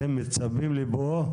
אתם מצפים לבואו?